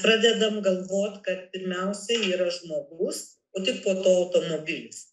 pradedame galvoti kad pirmiausia yra žmogus o tik tada automobilis